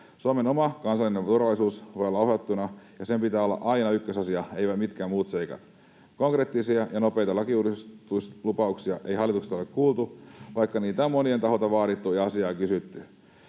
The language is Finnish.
Suomen oma kansallinen turvallisuus voi olla uhattuna, ja sen pitää olla aina ykkösasia, ei minkään muiden seikkojen. Konkreettisia ja nopeita lakiuudistuslupauksia ei hallitukselta ole kuultu, vaikka niitä on monien taholta vaadittu ja asiaa kysytty.